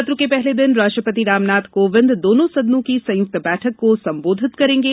सत्र के पहले दिन राष्ट्रपति रामनाथ कोविंद दोनों सदनों की संयुक्त बैठक को संबोधित करेंगे